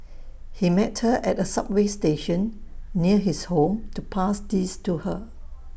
he met her at A subway station near his home to pass these to her